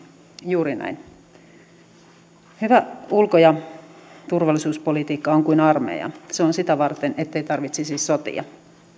juuri näin hyvä ulko ja turvallisuuspolitiikka on kuin armeija se on sitä varten ettei tarvitsisi sotia